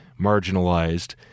marginalized